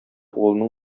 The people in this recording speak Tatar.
улының